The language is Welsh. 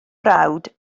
brawd